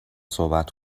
صحبت